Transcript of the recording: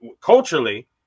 culturally